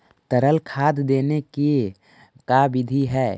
तरल खाद देने के का बिधि है?